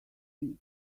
bridge